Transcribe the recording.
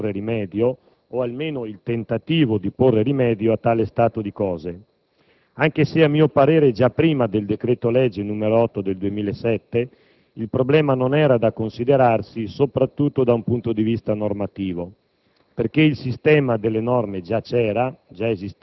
Era ed è evidente, perciò, la necessità di porre rimedio o, almeno, il tentativo di porre rimedio, a tale stato di cose, anche se, a mio parere, già prima del decreto-legge n. 8 del 2007, il problema non era da considerarsi soprattutto sotto il profilo normativo,